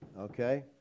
Okay